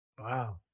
wow